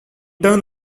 turn